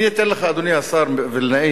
אני אתן לך, אדוני השר וילנאי,